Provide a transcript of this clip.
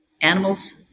animals